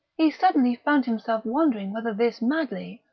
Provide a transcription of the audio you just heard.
he suddenly found himself wondering whether this madley,